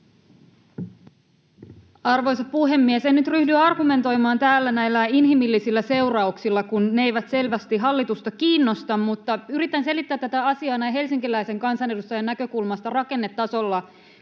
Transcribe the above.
Arvoisa puhemies! En nyt ryhdy argumentoimaan täällä näillä inhimillisillä seurauksilla, kun ne eivät selvästi hallitusta kiinnosta, mutta yritän selittää tätä asiaa näin helsinkiläisen kansanedustajan näkökulmasta rakennetasolla